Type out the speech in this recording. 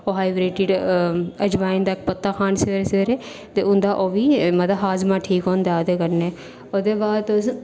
ओह् हाईब्रेडेड अजवाईन दा पत्ता खान सवेरे सवेरे ते उंदा ओह् बी मतलब हाजमा ठीक होंदा ऐ ओह्दे कन्नै ओह्दे बाद तुस